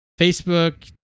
facebook